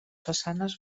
façanes